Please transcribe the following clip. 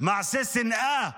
מעשה שנאה